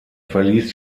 verließ